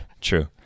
true